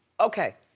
okay.